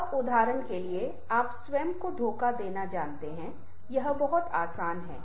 यह उदाहरण है कि आप स्वयं को धोखा देना जानते हैं यह बहुत आसान है